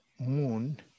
moon